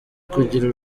kugira